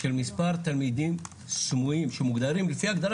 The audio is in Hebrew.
של מספר תלמידים סמויים שמוגדרים לפי ההגדרה